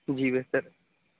جی بہتر